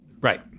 Right